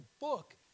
book